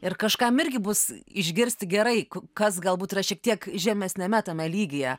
ir kažkam irgi bus išgirsti gerai kas galbūt yra šiek tiek žemesniame tame lygyje